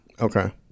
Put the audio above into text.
Okay